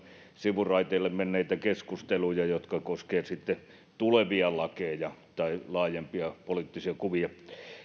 sivuraiteille menneitä keskusteluja jotka koskevat tulevia lakeja tai laajempia poliittisia kuvia nämä pari kysymystä mitä tuli varsinaisesta esiteltävästä laista